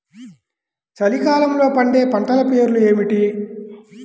చలికాలంలో పండే పంటల పేర్లు ఏమిటీ?